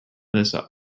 this